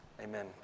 Amen